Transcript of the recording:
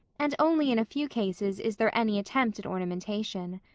and only in a few cases is there any attempt at ornamentation.